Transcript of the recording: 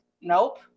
nope